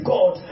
God